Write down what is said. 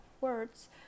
words